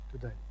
Today